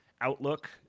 outlook